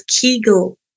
Kegel